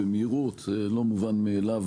זה לא מובן מאליו,